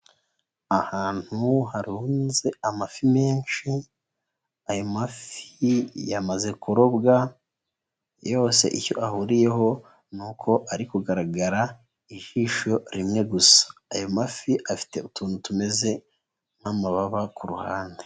Ahantu haronze amafi menshi, ayo mafi yamaze kurobwa yose icyo ahuriyeho nuko ari kugaragara ijisho rimwe gusa, ayo mafi afite utuntu tumeze nk'amababa ku ruhande.